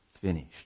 finished